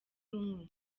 rumwe